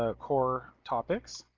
ah core topics.